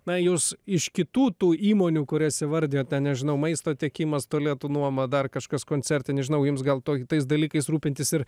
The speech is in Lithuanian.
na jūs iš kitų tų įmonių kurias įvardijot ten nežinau maisto tiekimas tualetų nuoma dar kažkas koncerte nežinau jums gal to tais dalykais rūpintis ir